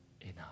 enough